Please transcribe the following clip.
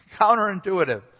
counterintuitive